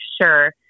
sure